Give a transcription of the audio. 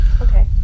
okay